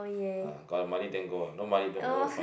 ah got money then go ah no money no no point